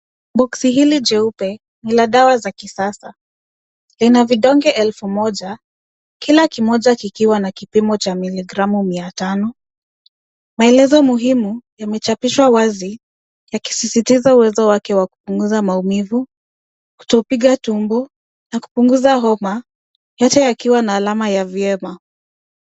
Boksi hili jeupe ni la dawa ya kisasa. Lina vidonge elfu moja , kila kimoja kikiwa na kipimo cha miligramu mia tano. Maelezo muhimu yamechapishwa wazi yakisisitiza uwepo wake wa kupunguza maumivu, kutopiga tumbo, na kupunguza homa, yote yakiwa na alama ya Viema.